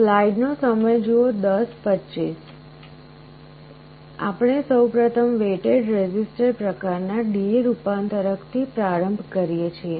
slide નો સમય જુઓ 1025 આપણે સૌ પ્રથમ weighted resistor પ્રકારના DA રૂપાંતરક થી પ્રારંભ કરીએ છીએ